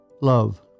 love